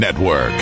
Network